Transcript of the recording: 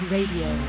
Radio